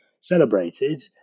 celebrated